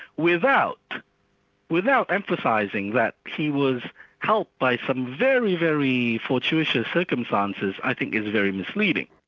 without without emphasising that he was helped by some very, very fortuitous circumstances, i think is very misleading.